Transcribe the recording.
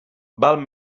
val